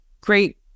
great